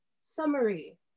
summary